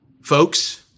Folks